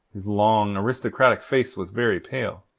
his long, aristocratic face was very pale.